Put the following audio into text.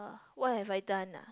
what have I done ah